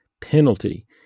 penalty